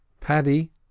Paddy